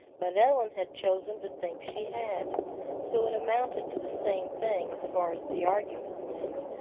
but ellen had chosen to think she had so it amounted to the same thing as far as the argument went.